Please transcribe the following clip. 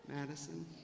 Madison